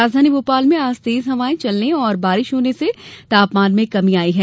राजधानी भोपाल में आज तेज हवायें चलने और बारिश होने से तापमान में कमी दर्ज की गई